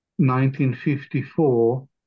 1954